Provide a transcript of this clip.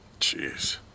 Jeez